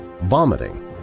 vomiting